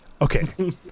Okay